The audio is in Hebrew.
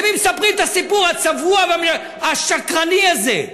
למי מספרים את הסיפור הצבוע והשקרני הזה?